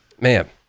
Man